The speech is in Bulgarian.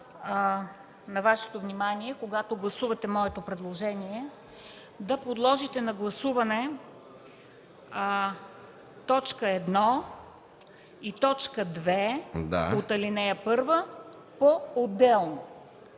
на Вашето внимание, когато гласувате моето предложение, да подложите на гласуване т. 1 и т. 2 от ал. 1 по отделно.